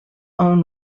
own